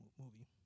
movie